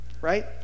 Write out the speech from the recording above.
right